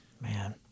Man